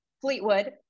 Fleetwood